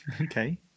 Okay